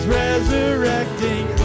resurrecting